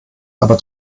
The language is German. aber